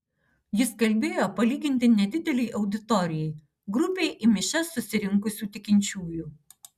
jis kalbėjo palyginti nedidelei auditorijai grupei į mišias susirinkusių tikinčiųjų